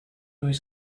was